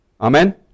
Amen